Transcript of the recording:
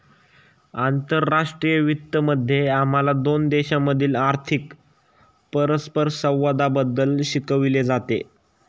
आंतरराष्ट्रीय वित्त मध्ये आम्हाला दोन देशांमधील आर्थिक परस्परसंवादाबद्दल शिकवले जाते